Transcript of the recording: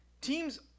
Teams